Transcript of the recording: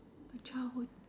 my childhood